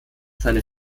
seine